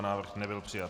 Návrh nebyl přijat.